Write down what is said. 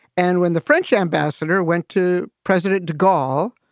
and when the french ambassador went to president de gaulle,